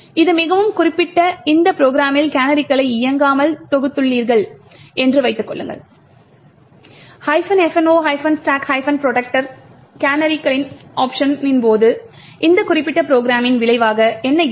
இது மிகவும் குறிப்பிட்ட இந்த ப்ரோகிராமில் கேனரிகளை இயக்காமல் தொகுத்துள்ளீர்கள் என்று வைத்துக் கொள்ளுங்கள் fno stack protctor canaries ஒப்ஷனின் போது இந்த குறிப்பிட்ட ப்ரோகிராமின் விளைவாக என்ன இருக்கும்